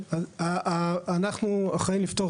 ואנחנו ננסה לפתור